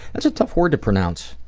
that's a tough word to pronounce.